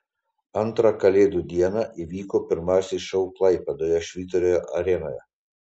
antrą kalėdų dieną įvyko pirmasis šou klaipėdoje švyturio arenoje